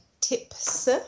Tips